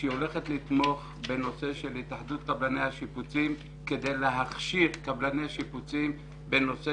שהולכת לתמוך בארגון שלנו על מנת להכשיר קבלני שיפוצים בנושא